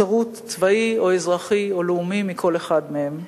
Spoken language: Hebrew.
שירות צבאי או אזרחי או לאומי מכל אחד מהם.